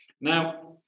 Now